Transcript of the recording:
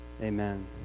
Amen